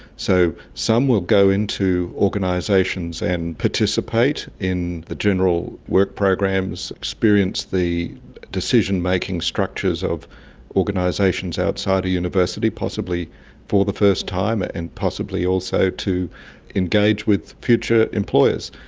so some will go into organisations and participate in the general work programs, experience the decision-making structures of organisations outside a university, possibly for the first time and possibly also to engage with future employers.